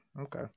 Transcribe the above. okay